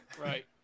Right